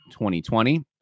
2020